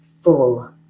full